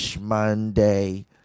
Monday